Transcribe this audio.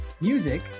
Music